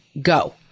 go